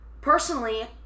Personally